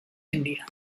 india